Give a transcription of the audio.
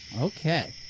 Okay